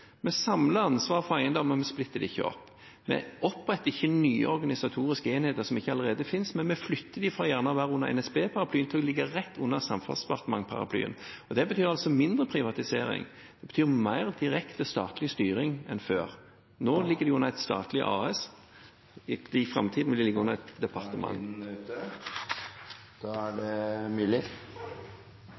for eiendom, og vi splitter dem ikke opp. Vi oppretter ikke nye organisatoriske enheter som ikke allerede finnes, men flytter dem fra å være under NSB-paraplyen til å ligge rett under Samferdselsdepartement-paraplyen. Det betyr altså mindre privatisering, det betyr mer direkte statlig styring enn før. Nå ligger de under et statlig AS, i framtiden vil de ligge under